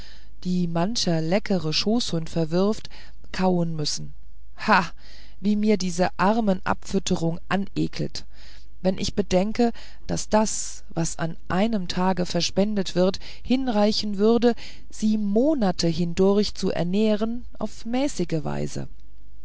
die mancher leckere schoßhund verwirft kauen müssen ha wie mir diese armenabfütterungen anekeln wenn ich bedenke daß das was an einem tage verspendet wird hinreichen würde sie monate hindurch zu ernähren auf mäßige weise